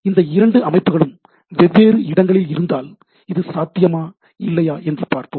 இந்த இரண்டு அமைப்புகளும் வெவ்வேறு இடங்களில் இருந்தால் இது சாத்தியமா இல்லையா என்பதை பார்ப்போம்